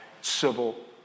civil